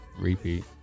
repeat